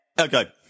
okay